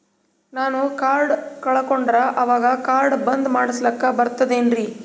ನಾನು ಕಾರ್ಡ್ ಕಳಕೊಂಡರ ಅವಾಗ ಕಾರ್ಡ್ ಬಂದ್ ಮಾಡಸ್ಲಾಕ ಬರ್ತದೇನ್ರಿ?